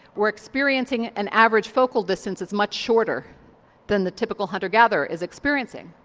we're experiencing an average focal distance that's much shorter than the typical hunter gatherer is experiencing.